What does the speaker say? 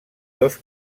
dos